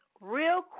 real